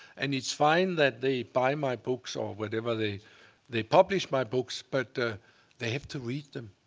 and it's fine that they buy my books or whatever, they they publish my books, but ah they have to read them.